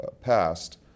passed